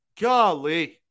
Golly